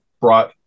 brought